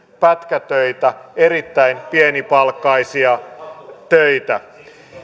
pätkätöitä erittäin pienipalkkaisia töitä